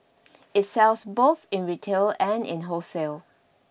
it sells both in retail and in wholesale